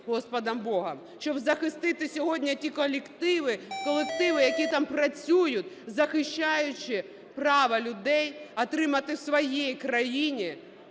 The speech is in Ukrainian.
щоб захистити сьогодні ті колективи, які там працюють, захищаючи право людей отримати в своїй країні